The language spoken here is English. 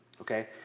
Okay